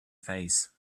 face